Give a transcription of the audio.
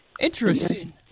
Interesting